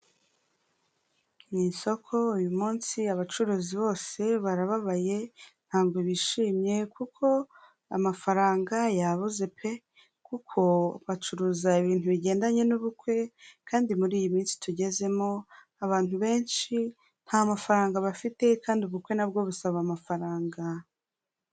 Ni isoko uyu munsi abacuruzi bose barababaye ntabwo bishimye, kuko amafaranga yabuze pe, kuko bacuruza ibintu bigendanye n'ubukwe kandi muri iyi minsi tugezemo abantu benshi nta mafaranga bafite, kandi ubukwe nabwo busaba amafaranga.